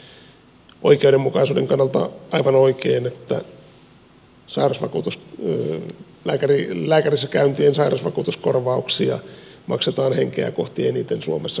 ei ehkä ole oikeudenmukaisuuden kannalta aivan oikein että lääkärissäkäyntien sairausvakuutuskorvauksia maksetaan henkeä kohti eniten suomessa kauniaisiin